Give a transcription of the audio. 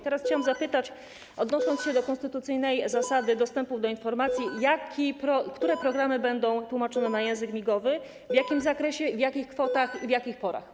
Teraz chciałam zapytać, odnosząc się do konstytucyjnej zasady dostępu do informacji, które programy będą tłumaczone na język migowy, w jakim zakresie, w jakich kwotach i o jakich porach.